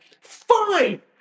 Fine